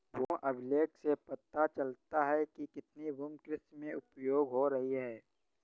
भूमि अभिलेख से पता चलता है कि कितनी भूमि कृषि में उपयोग हो रही है